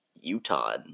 Utah